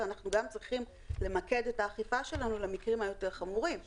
אנחנו גם צריכים למקד את האכיפה שלנו למקרים החמורים יותר.